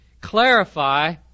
clarify